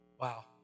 Wow